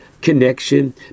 connection